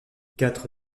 quatre